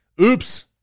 Oops